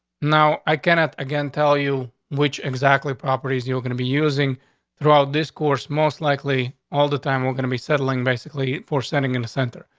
now, i cannot again tell you which exactly properties you're gonna be using throughout this course. most likely all the time we're gonna be settling basically for sending in the center.